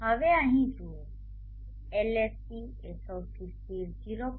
હવે અહીં જુઓ LSC એ સૌર સ્થિર 0